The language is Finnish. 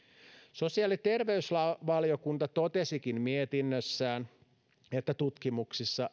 sosiaali ja terveysvaliokunta totesikin mietinnössään että tutkimuksissa